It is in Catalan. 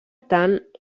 tant